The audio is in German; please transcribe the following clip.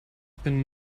bin